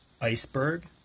Iceberg